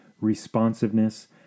responsiveness